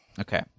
okay